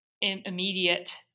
immediate